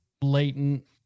blatant